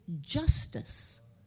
justice